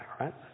right